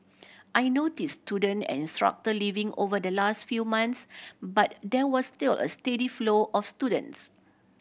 I notice student and structor leaving over the last few months but there was still a steady flow of students